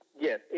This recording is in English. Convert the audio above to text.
yes